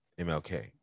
MLK